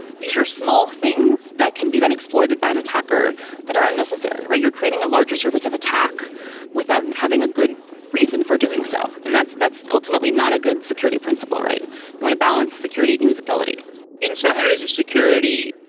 these are small things that can be then exploited by an attacker that are unnecessary, right? you're creating a larger surface of attack without having a good reason for doing so. and that's that's ultimately not a good security principle, right? you want to balance security and usability in some areas of security,